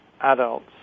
adults